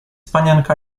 panienka